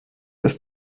ist